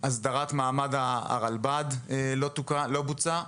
הסדרת מעמד הרלב"ד לא בוצעה.